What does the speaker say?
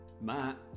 Matt